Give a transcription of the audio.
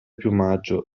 piumaggio